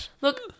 Look